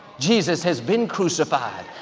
jesus has been crucified.